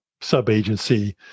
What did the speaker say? sub-agency